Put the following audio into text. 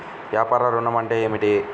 వ్యాపార ఋణం అంటే ఏమిటి?